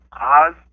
Oz